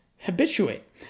habituate